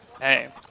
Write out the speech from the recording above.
Hey